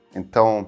então